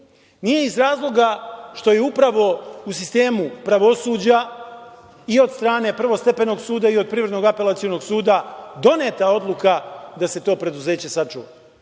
nije iz razloga što je upravo u sistemu pravosuđa i od strane prvostepenog suda i od Privrednog apelacionog suda doneta odluka da se to preduzeće sačuva. Vlada